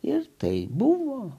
ir tai buvo